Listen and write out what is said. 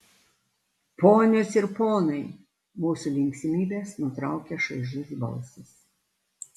ponios ir ponai mūsų linksmybes nutraukia šaižus balsas